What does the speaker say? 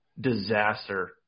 disaster